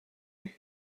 and